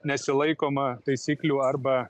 nesilaikoma taisyklių arba